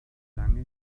lange